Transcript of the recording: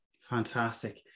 Fantastic